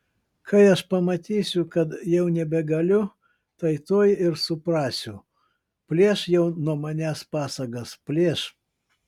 kai aš pamatysiu kad jau nebegaliu tai tuoj ir suprasiu plėš jau nuo manęs pasagas plėš